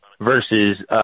versus